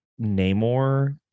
Namor